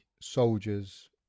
soldiers